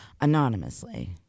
anonymously